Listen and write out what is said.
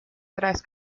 tras